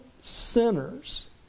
sinners